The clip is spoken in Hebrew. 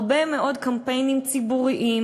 הרבה מאוד קמפיינים ציבוריים,